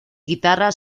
guitarra